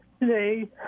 Today